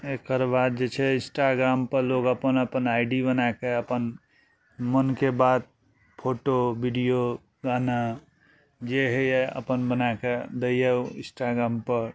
एकरबाद बाद जे छै इंस्ट्राग्रामपर लोक अपन अपन आइ डी बनाकऽ अपन मनके बात फोटो विडियो गाना जे होइया अपन बनाकऽ दैया इंस्ट्राग्रामपर